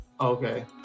okay